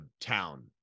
town